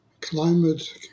climate